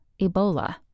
Ebola